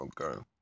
okay